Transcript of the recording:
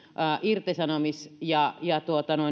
irtisanomis ja ja